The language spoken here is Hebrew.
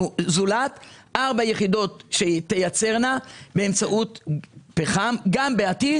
זולת 4 יחידות שתייצרנה באמצעות פחם גם בעתיד,